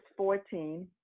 14